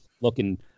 Looking